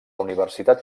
universitat